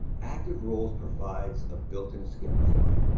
active roles provides a built-in scim client.